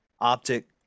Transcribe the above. optic